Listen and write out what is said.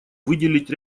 выделить